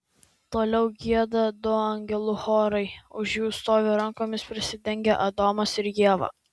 toliau gieda du angelų chorai už jų stovi rankomis prisidengę adomas ir ieva